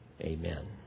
Amen